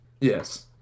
Yes